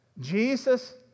Jesus